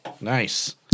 nice